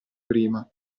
prima